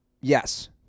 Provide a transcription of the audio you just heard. yes